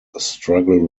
struggle